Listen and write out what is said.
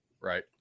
right